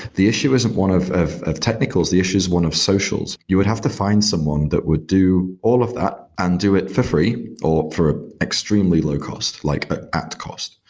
the issue isn't one of of technicals. the issue is one of socials. you would have to find someone that would do all of that and do it for free, or for extremely low cost, like at cost,